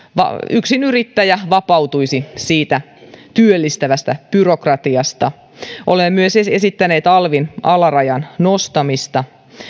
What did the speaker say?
yksinyrittäjä vapautuisi työllistävästä byrokratiasta olemme myös esittäneet alvin alarajan nostamista